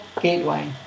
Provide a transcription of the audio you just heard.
Gateway